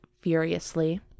furiously